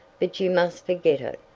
but you must forget it,